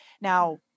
Now